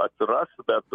atsiras bet